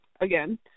again